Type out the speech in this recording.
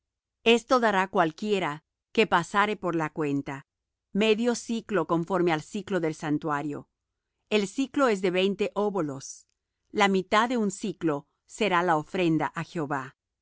esto dará cualquiera que pasare por la cuenta medio siclo conforme al siclo del santuario el siclo es de veinte óbolos la mitad de un siclo será la ofrenda á jehová